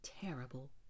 terrible